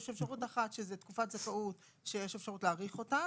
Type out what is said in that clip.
יש אפשרות אחת שהיא תקופת זכאות שיש אפשרות להאריך אותה.